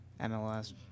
MLS